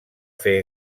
fer